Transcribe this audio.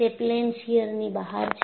તે પ્લેન શીયરની બહાર છે